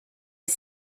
les